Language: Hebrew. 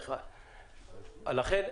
לכן,